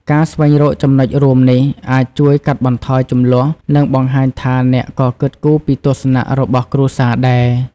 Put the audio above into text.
ការស្វែងរកចំណុចរួមនេះ អាចជួយកាត់បន្ថយជម្លោះ និងបង្ហាញថាអ្នកក៏គិតគូរពីទស្សនៈរបស់គ្រួសារដែរ។